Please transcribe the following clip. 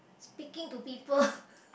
speaking to people